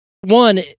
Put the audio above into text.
One